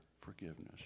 forgiveness